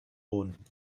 boden